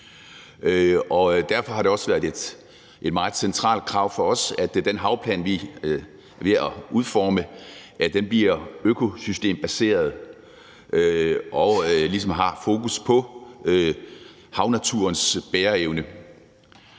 Derfor har det også været et meget centralt krav fra os, at den havplan, vi er ved at udforme, bliver økosystembaseret og ligesom har fokus på havnaturens bæreevne.